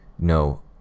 No